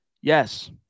Yes